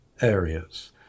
areas